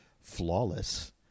flawless